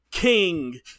King